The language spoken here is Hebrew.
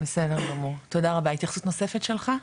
בסדר גמור, תודה רבה, התייחסות נוספת שלך?